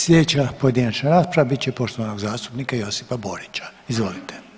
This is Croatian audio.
Sljedeća pojedinačna rasprava bit će poštovanog zastupnika Josipa Borića, izvolite.